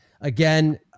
Again